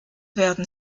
werden